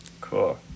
Cool